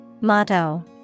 Motto